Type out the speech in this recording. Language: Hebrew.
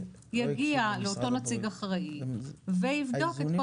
יגיע לאותו נציג אחראי ויבדוק את כל